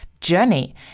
journey